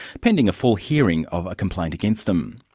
pending a full hearing of a complaint against them.